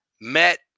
met